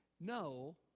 No